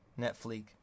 Netflix